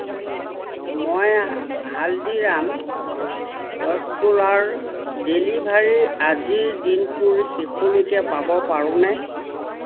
মই হালদিৰাম ৰসগোল্লাৰ ডেলিভাৰী আজিৰ দিনটোৰ শেষলৈকে পাব পাৰোঁনে